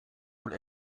wohl